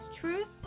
Truth